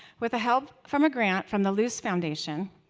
with the help from a grant from the lose foundation,